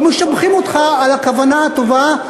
ומשבחים אותך על הכוונה הטובה.